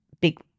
big